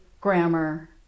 Grammar